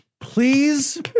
Please